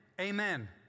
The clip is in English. Amen